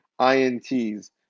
INTs –